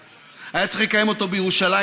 והיה צריך לקיים אותו בירושלים.